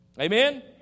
Amen